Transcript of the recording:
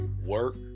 work